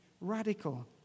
radical